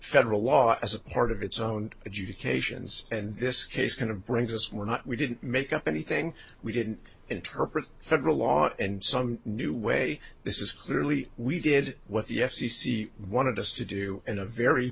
federal law as part of its own adjudications and this case kind of brings us we're not we didn't make up anything we didn't interpret federal law and some new way this is clearly we did what the f c c wanted us to do in a very